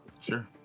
Sure